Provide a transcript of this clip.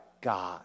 God